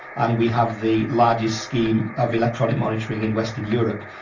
and we have the largest scheme of electronic monitoring in western europe.